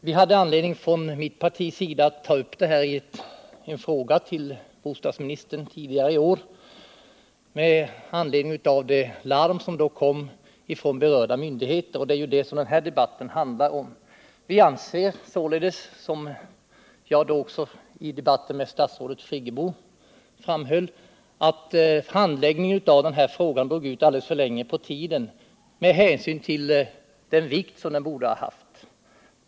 Vi hade anledning från mitt partis sida att ta upp det här problemet i en fråga till bostadsministern tidigare i år med anledning av det larm som då kom från berörda myndigheter. Det är det den här debatten handlar om. Vi anser således, som jag då framhöll i debatten med statsrådet Friggebo, att handläggningen av den här frågan drog ut på tiden alldeles för långt med hänsyn till den vikt den borde ha haft.